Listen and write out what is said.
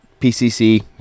PCC